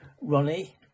Ronnie